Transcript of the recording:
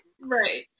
Right